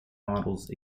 models